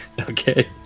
Okay